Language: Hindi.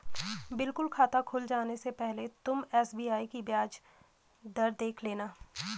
बिल्कुल खाता खुल जाने से पहले तुम एस.बी.आई की ब्याज दर देख लेना